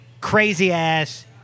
crazy-ass